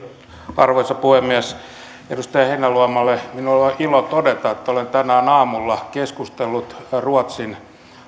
arvoisa puhemies edustaja heinäluomalle minulla on ilo todeta että olen tänään aamulla keskustellut ruotsin